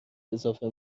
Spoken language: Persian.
اضافه